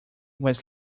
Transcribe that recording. was